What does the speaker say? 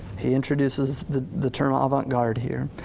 he introduces the the term avant-garde here.